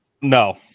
No